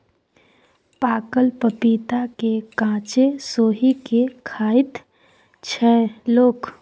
पाकल पपीता केँ कांचे सोहि के खाइत छै लोक